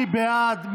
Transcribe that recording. מי בעד?